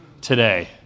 today